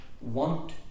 want